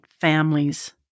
families